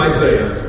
Isaiah